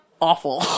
awful